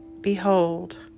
Behold